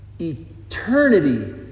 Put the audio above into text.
eternity